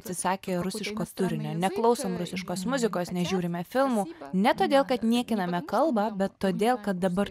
atsisakė rusiško turinio neklausom rusiškos muzikos nežiūrime filmų ne todėl kad niekiname kalbą bet todėl kad dabar